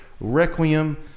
Requiem